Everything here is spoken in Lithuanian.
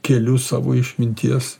keliu savo išminties